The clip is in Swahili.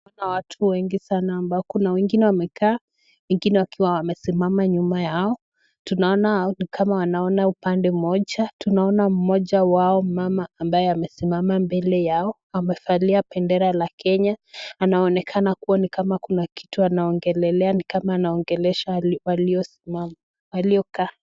Kuna watu wengi sana ambao kuna wengine wamekaa wengine wakiwa wamesimama nyuma yao, tunaona ni kama wanaona upande moja, tunaona mmoja wao mama ambaye amesimama mbele yao amefalia pendera la Kenya, anaonekana kuwa ni kama kuna kitu anaongelelea ni kama anaongelesha waliosimama waliokaa.